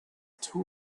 too